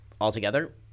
altogether